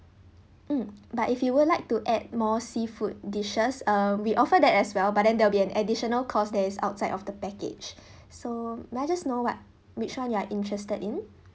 mm but if you will like to add more seafood dishes um we offer that as well but then there'll be an additional cost that is outside of the package so may I just know what which one you are interested in